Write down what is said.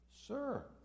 Sir